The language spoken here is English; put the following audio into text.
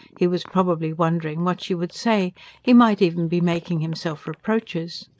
he was probably wondering what she would say he might even be making himself reproaches.